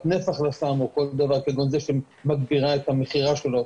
נפח לסם או כל דבר כגון זה שמגבירה את המכירה שלו,